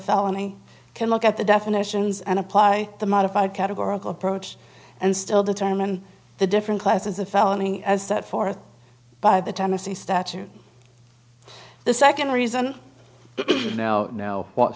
felony can look at the definitions and apply the modified categorical approach and still determine the different classes of felony as set forth by the tennessee statute the second reason now no w